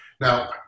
Now